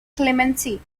clemency